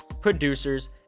producers